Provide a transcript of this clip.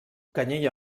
canyella